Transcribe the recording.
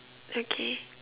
okay